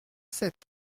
sept